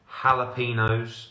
jalapenos